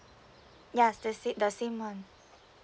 ya the same the same one